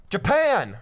Japan